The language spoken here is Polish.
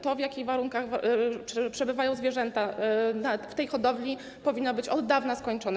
To, w jakich warunkach przebywają zwierzęta w tej hodowli, powinno być od dawna skończone.